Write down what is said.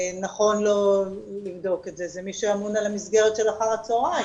שנכון לו לבדוק את זה הוא מי שאמון על המסגרת של אחר הצהריים.